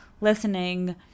listening